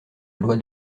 loi